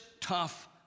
Tough